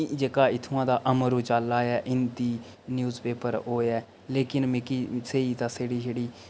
जेह्का इत्थुआं दा अमर उजाला ऐ हिंदी न्यूज़ पेपर ओह् ऐ लेकिन मिगी स्हेई तां साढ़ी जेह्ड़ी